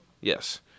Yes